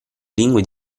lingue